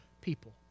people